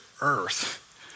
earth